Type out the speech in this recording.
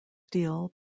steel